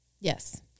Yes